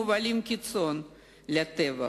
מובלים כצאן לטבח,